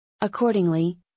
Accordingly